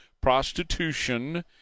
prostitution